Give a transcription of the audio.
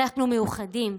אנחנו מאוחדים.